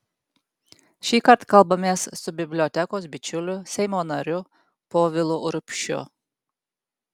šįkart kalbamės su bibliotekos bičiuliu seimo nariu povilu urbšiu